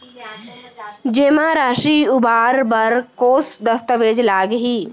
जेमा राशि उबार बर कोस दस्तावेज़ लागही?